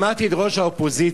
שמעתי את ראש האופוזיציה.